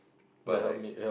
but like